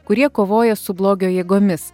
kurie kovoja su blogio jėgomis